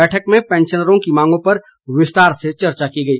बैठक में पैंशनरों की मांगों पर विस्तार से चर्चा की गई